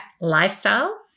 lifestyle